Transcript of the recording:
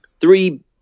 three